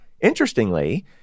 interestingly